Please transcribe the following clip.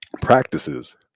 practices